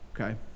Okay